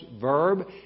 verb